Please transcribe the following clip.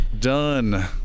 Done